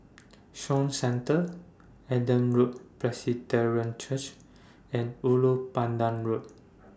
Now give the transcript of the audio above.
Shaw Centre Adam Road Church and Ulu Pandan Road